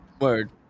Word